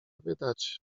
wydać